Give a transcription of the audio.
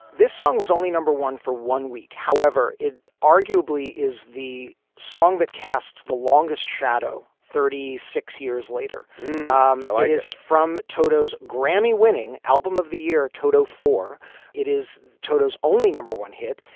this song was only number one for one week however, it arguably is the song that casts the longest shadow. thirty six years later um like is from toto's grammy winning album of the year, toto, for it is toto's only number one hit.